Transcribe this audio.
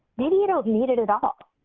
maybe you don't need it at all.